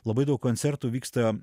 labai daug koncertų vyksta